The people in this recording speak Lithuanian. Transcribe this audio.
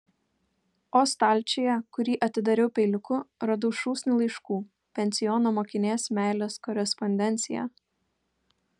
o stalčiuje kurį atidariau peiliuku radau šūsnį laiškų pensiono mokinės meilės korespondenciją